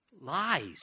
lies